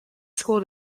school